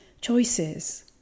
choices